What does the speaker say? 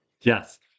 Yes